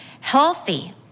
healthy